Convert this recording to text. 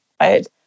right